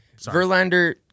Verlander